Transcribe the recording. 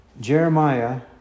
Jeremiah